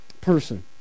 person